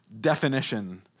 definition